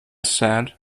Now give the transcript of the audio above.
said